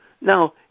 Now